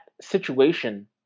situation